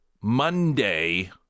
Monday